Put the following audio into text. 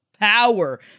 power